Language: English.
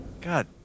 god